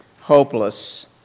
hopeless